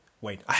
wait